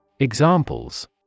Examples